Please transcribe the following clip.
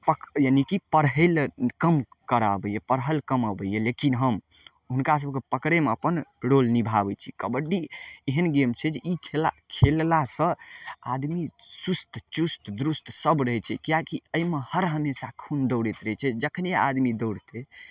पक यानि की पढ़य लऽ कम करय अबैये पढ़ल कम अबैये लेकिन हम हुनका सबके पकड़यमे अप्पन रोल निभाबय छी कबड्डी एहन गेम छै जे ई खेला खेललासँ आदमी सुस्त चुस्त दुरुस्त सब रहय छै किएक कि अइमे हर हमेशा खून दौड़ैत रहय छै जखने आदमी दौड़तै